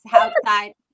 outside